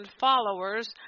followers